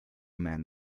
men